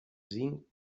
zinc